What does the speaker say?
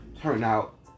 turnout